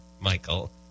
Michael